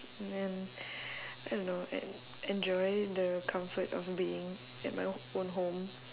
then I don't know en~ enjoy the comfort of being at my o~ own home